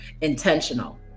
intentional